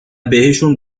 بهشون